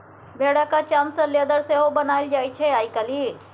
भेराक चाम सँ लेदर सेहो बनाएल जाइ छै आइ काल्हि